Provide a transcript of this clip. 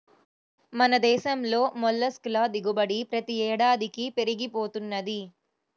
మన దేశంలో మొల్లస్క్ ల దిగుబడి ప్రతి ఏడాదికీ పెరిగి పోతున్నది